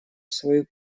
свою